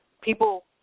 people